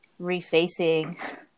refacing